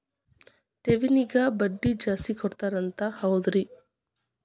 ಠೇವಣಿಗ ಬಡ್ಡಿ ಜಾಸ್ತಿ ಕೊಡ್ತಾರಂತ ಹೌದ್ರಿ?